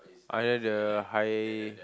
under the high